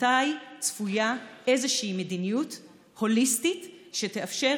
מתי צפויה איזושהי מדיניות הוליסטית שתאפשר